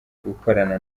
gukorana